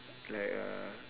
like uh